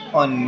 on